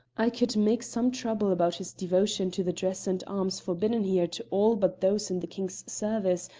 i could make some trouble about his devotion to the dress and arms forbidden here to all but those in the king's service,